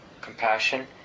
compassion